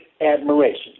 admiration